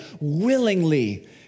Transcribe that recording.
willingly